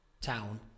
town